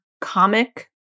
comic